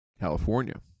California